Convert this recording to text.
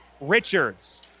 Richards